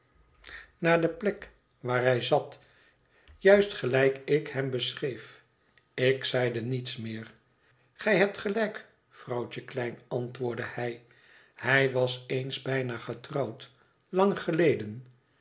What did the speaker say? naar de het verlaten huis plek waar hij zat juist gelijk ik hem beschreef ik zeide niets meer gij hebt gelijk vrouwtje klein antwoordde hij hij was eens bijna getrouwd lang geleden